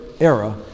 era